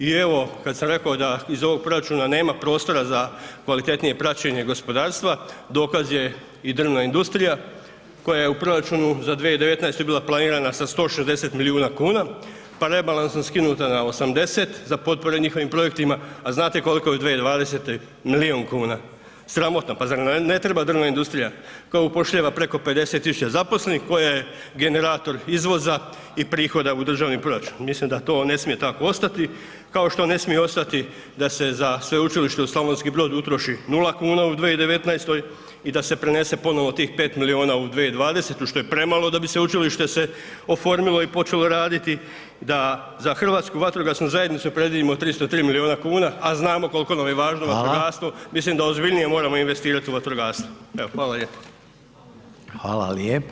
I evo kad sam reko da iz ovog proračuna nema prostora za kvalitetnije praćenje gospodarstva, dokaz je i drvna industrija koja je u proračunu za 2019. bila planirana sa 160 milijuna kuna, pa rebalansom skinuta na 80 za potpore njihovim projektima, a znate koliko je u 2020., milijun kuna, sramotno, pa zar nam ne treba drvna industrija koja upošljava preko 50 000 zaposlenih, koja je generator izvoza i prihoda u državni proračun, mislim da to ne smije tako ostati, kao što ne smije ostati da se za sveučilište u Slavonski Brod utroši 0,00 kn u 2019. i da se prenese ponovo tih 5 milijuna u 2020. što je premalo da bi sveučilište se oformilo i počelo raditi, da za Hrvatsku vatrogasnu zajednicu predvidimo 303 milijuna kuna, a znamo kolko nam je važno [[Upadica: Hvala]] vatrogastvo, mislim da ozbiljnije moramo investirat u vatrogastvo, evo hvala vam lijepo.